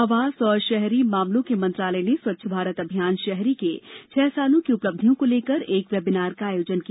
आवास और शहरी मामलों के मंत्रालय ने स्वच्छ भारत अभियान शहरी के छह सालों की उपलब्धियों को लेकर एक वेबिनार का आयोजन किया